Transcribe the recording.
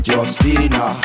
Justina